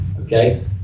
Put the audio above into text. okay